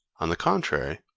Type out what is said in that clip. on the contrary,